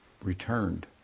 returned